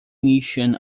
mission